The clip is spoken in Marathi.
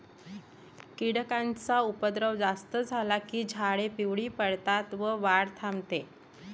कीटकांचा उपद्रव जास्त झाला की झाडे पिवळी पडतात व वाढ थांबते